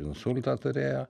insultą turėjo